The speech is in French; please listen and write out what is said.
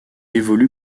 évolue